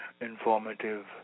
informative